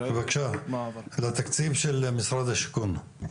בבקשה, לתקציב של משרד השיכון.